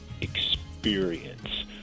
experience